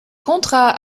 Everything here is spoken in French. contrats